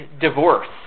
divorce